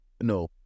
No